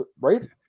right